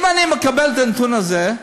אם אני מקבל את הנתון הזה,